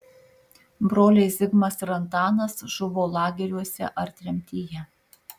broliai zigmas ir antanas žuvo lageriuose ar tremtyje